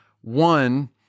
One